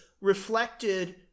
reflected